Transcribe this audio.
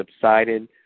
subsided